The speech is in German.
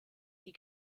die